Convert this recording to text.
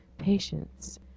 patience